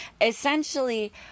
Essentially